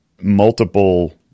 multiple